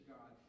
God